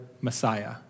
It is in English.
Messiah